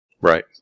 Right